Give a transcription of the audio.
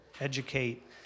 educate